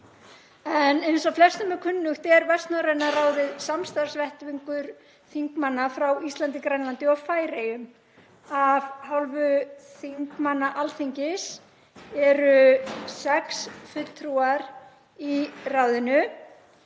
Eins og flestum er kunnugt er Vestnorræna ráðið samstarfsvettvangur þingmanna frá Íslandi, Grænlandi og Færeyjum. Af hálfu þingmanna Alþingis eru sex fulltrúar í ráðinu